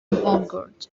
vonnegut